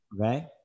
Okay